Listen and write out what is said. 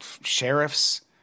sheriff's